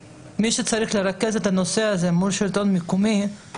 אתה תגלה שהשלטון המקומי ממש לא משתף פעולה עם זה.